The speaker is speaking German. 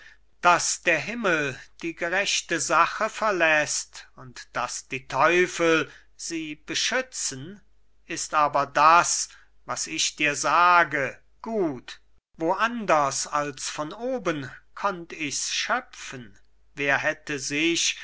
daß der himmel die gerechte sache verläßt und daß die teufel sie beschützen ist aber das was ich dir sage gut wo anders als von oben konnt ichs schöpfen wer hätte sich